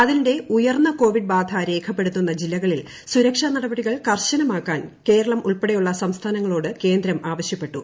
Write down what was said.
അതിനിടെ ഉയർന്ന കോവിഡ്ബാധ രേഖപ്പെടുത്തുന്ന ജില്ലകളിൽ സുരക്ഷാ നടപടികൾ കർശനമാക്കാൻ കേരളം ഉൾപ്പെടെയുള്ള സംസ്ഥാനങ്ങളോട് കേന്ദ്രം ആവശ്യപ്പെട്ടു